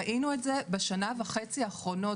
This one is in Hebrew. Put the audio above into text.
ראינו את זה בשנה וחצי האחרונות,